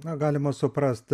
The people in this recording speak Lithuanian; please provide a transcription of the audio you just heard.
na galima suprast